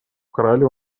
украли